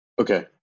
Okay